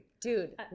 dude